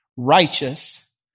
Righteous